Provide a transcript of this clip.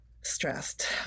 stressed